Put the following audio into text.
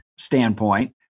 standpoint